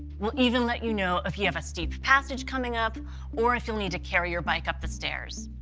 we'll even let you know if you have a steep passage coming up or if you'll need to carry your bike up the stairs.